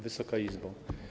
Wysoka Izbo!